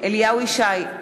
אליהו ישי,